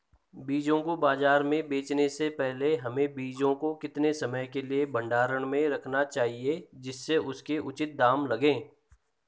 बीजों को बाज़ार में बेचने से पहले हमें बीजों को कितने समय के लिए भंडारण में रखना चाहिए जिससे उसके उचित दाम लगें?